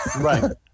Right